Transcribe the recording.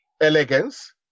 elegance